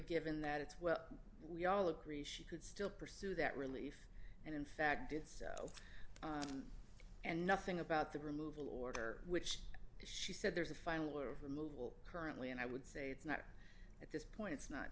given that it's well we all agree she could still pursue that relief and in fact did so and nothing about the removal order which she said there's a final of removal currently and i would say it's not at this point it's not